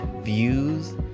Views